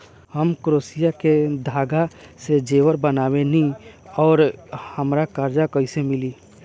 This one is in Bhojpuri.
हम क्रोशिया के धागा से जेवर बनावेनी और हमरा कर्जा कइसे मिली?